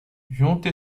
junte